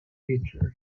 features